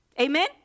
Amen